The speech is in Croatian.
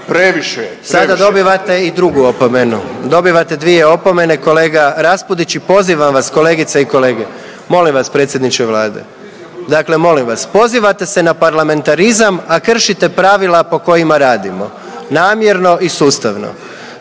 (HDZ)** Sada dobivate i drugu opomenu. Dobivate dvije opomene kolega Raspudić i pozivam vas kolegice i kolege, molim vas predsjedniče Vlade. Dakle, molim vas pozivate se na parlamentarizam a kršite pravila po kojima radimo namjerno i sustavno.